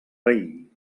rei